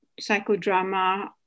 psychodrama